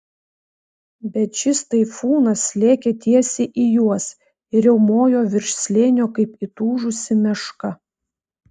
bet šis taifūnas lėkė tiesiai į juos ir riaumojo virš slėnio kaip įtūžusi meška